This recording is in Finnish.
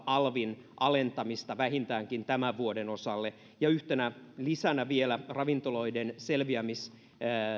alvin alentamista vähintäänkin tämän vuoden osalle ja yhtenä lisänä vielä ravintoloiden selviämistielle